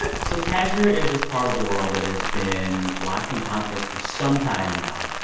ah so kashmir is this part of the world that has been locked in conflict for some time now.